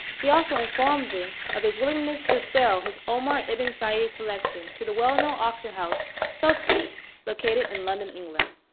he also informed them of his willingness to sell his oma ibn collection to the well-known auction house sotheby's located in london, england.